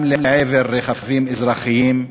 גם לעבר רכבים אזרחים,